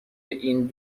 این